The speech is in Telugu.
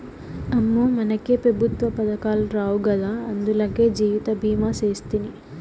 అమ్మో, మనకే పెఋత్వ పదకాలు రావు గదా, అందులకే జీవితభీమా సేస్తిని